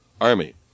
army